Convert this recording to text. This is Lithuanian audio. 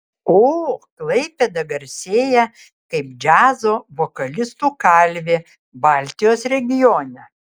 o klaipėda garsėja kaip džiazo vokalistų kalvė baltijos regione